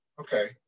okay